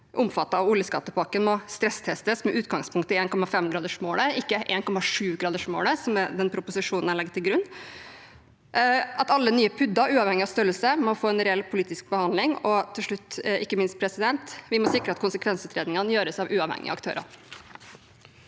omfattet av oljeskattepakken, må stresstestes med utgangspunkt i 1,5gradersmålet, ikke 1,7-gradersmålet, som denne proposisjonen legger til grunn. Alle nye PUD-er, uavhengig av størrelse, må få en reell politisk behandling. Til slutt og ikke minst må vi sikre at konsekvensutredningene gjøres av uavhengige aktører.